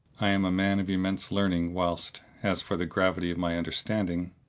i am a man of immense learning whilst, as for the gravity of my understanding,